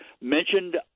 mentioned